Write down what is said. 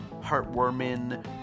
heartwarming